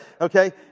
Okay